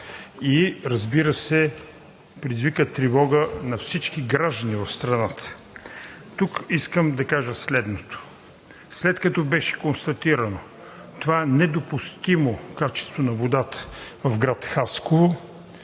и, разбира се, предизвика тревогата на всички граждани в страната. Тук искам да кажа следното. След като беше констатирано това недопустимо качество на водата в град Хасково,